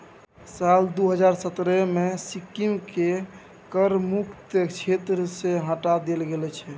साल दू हजार सतरहे मे सिक्किमकेँ कर मुक्त क्षेत्र सँ हटा देल गेलै